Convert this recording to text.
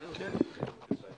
על ידי